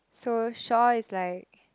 so Shaw is like